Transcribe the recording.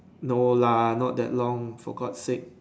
no lah not that long for God's sake